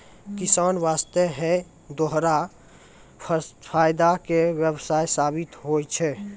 किसान वास्तॅ है दोहरा फायदा के व्यवसाय साबित होय छै